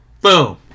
boom